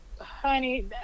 honey